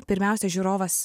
pirmiausia žiūrovas